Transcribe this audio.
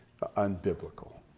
unbiblical